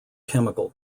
chemical